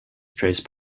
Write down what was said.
trace